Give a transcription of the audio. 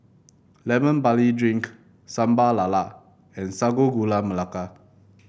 Lemon Barley Drink Sambal Lala and Sago Gula Melaka